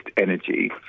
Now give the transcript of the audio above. energy